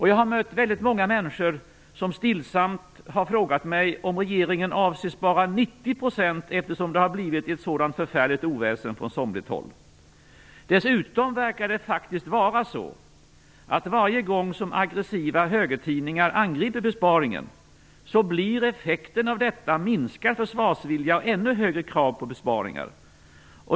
Jag har mött väldigt många människor som stillsamt har frågat mig om regeringen avser spara 90 %, eftersom det har blivit ett sådant förfärligt oväsen från somligt håll. Dessutom verkar det faktiskt vara så, att varje gång som aggressiva högertidningar angriper besparingen blir effekten av detta minskad försvarsvilja och ännu högre krav på besparingar.